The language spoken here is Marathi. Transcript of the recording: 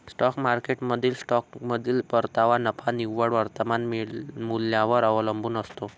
स्टॉक मार्केटमधील स्टॉकमधील परतावा नफा निव्वळ वर्तमान मूल्यावर अवलंबून असतो